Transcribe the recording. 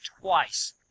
twice